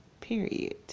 period